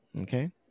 Okay